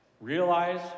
Realize